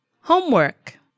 Homework